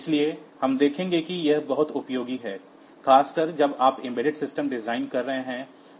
इसलिए हम देखेंगे कि यह बहुत उपयोगी है खासकर जब आप एम्बेडेड सिस्टम डिजाइन कर रहे हों